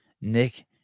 Nick